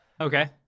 okay